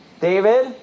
David